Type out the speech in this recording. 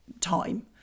time